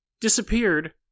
disappeared